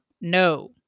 no